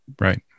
Right